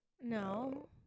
No